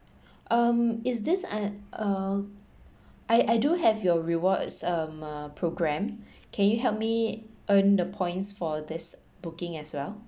um is this an uh I I do have your rewards um programme can you help me earn the points for this booking as well